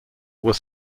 were